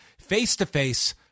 face-to-face